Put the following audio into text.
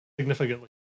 Significantly